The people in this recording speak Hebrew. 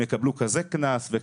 הם יקבלו בזה הם יקבלו קנס כזה.